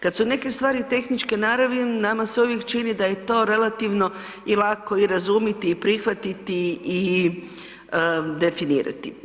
Kad su neke stvari tehničke naravi nama se uvijek čini da je to relativno i lako i razumjeti i prihvatiti i definirati.